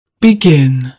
Begin